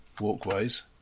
walkways